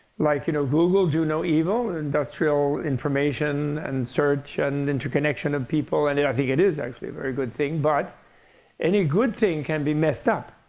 like you know google, do no evil, industrial, information, and search and interconnection of people. and yeah i think it is actually a very good thing. but any good thing can be messed up.